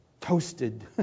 Toasted